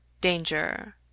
Danger